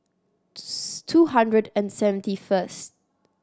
two hundred and seventy first